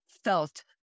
felt